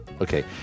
Okay